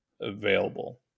available